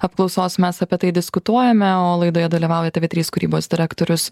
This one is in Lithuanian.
apklausos mes apie tai diskutuojame o laidoje dalyvauja tv trys kūrybos direktorius